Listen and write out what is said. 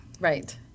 Right